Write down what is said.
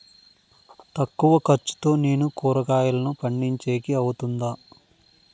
తక్కువ ఖర్చుతో నేను కూరగాయలను పండించేకి అవుతుందా?